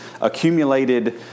accumulated